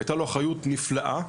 היתה לו אחריות נפלאה,